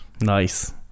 Nice